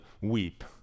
weep